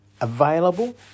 available